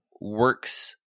works